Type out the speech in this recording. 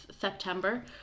September